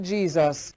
Jesus